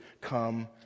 come